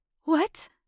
What